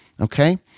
okay